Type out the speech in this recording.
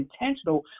intentional